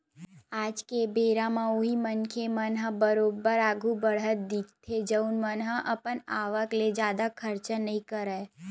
आज के बेरा म उही मनखे मन ह बरोबर आघु बड़हत दिखथे जउन मन ह अपन आवक ले जादा खरचा नइ करय